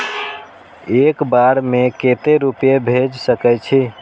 एक बार में केते रूपया भेज सके छी?